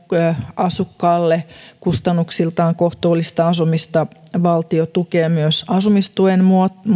asukkaalle kustannuksiltaan kohtuullista asumista valtio tukee myös asumistuen